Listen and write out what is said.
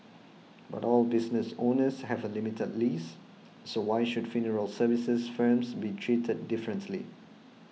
but all business owners have a limited lease so why should funeral services firms be treated differently